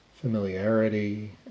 familiarity